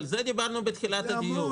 על זה דיברנו בתחילת הדיון.